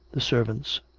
the servants.